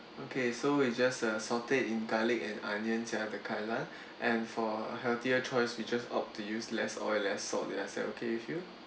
okay so it's just a sauteed in garlic and onions you have the kai lan and for healthier choice we just opt to use less oil less salt is that okay with you